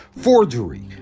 forgery